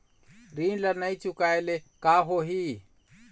ऋण ला नई चुकाए ले का होही?